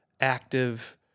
active